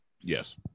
yes